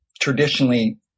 traditionally